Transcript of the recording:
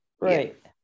right